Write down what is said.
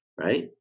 right